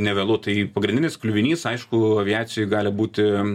nevėlu tai pagrindinis kliuvinys aišku aviacijoj gali būti